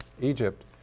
Egypt